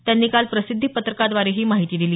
त्यांनी काल प्रसिद्धी पत्रकाद्वारे ही माहिती दिली